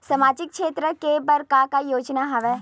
सामाजिक क्षेत्र के बर का का योजना हवय?